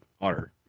Otter